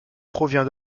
provient